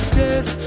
death